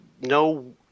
no